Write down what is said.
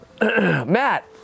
Matt